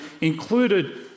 included